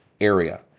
area